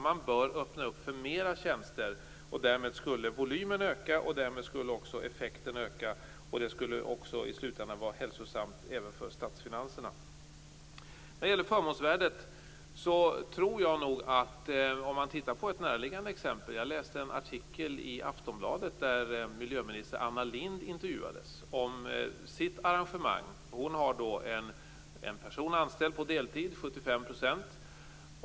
Man bör öppna för fler tjänster. Därmed skulle volymen öka, och därmed skulle också effekten öka. Det skulle i slutändan vara hälsosamt även för statsfinanserna. Vad gäller förmånsvärdet kan vi titta på ett närliggande exempel. Jag läste en artikel i Aftonbladet där miljöminister Anna Lindh intervjuades om sitt arrangemang. Hon har en person anställd på deltid - 75 %.